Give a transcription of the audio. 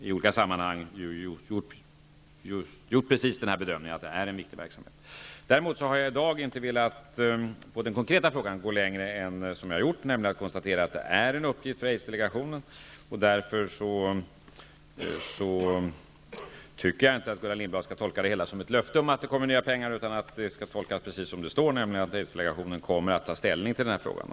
I olika sammanhang har jag gjort bedömningen att det är en viktig verksamhet. Däremot har jag i dag i den konkreta frågan inte velat gå längre än vad jag har gjort. Jag har konstaterat att det är en uppgift för Aidsdelegationen. Därför tycker jag inte att Gullan Lindblad skall tolka det hela som ett löfte om att det kommer nya pengar. Det skall tolkas precis som det står i det skriftliga svaret, nämligen att Aidsdelegationen kommer att ta ställning till den här frågan.